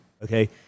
okay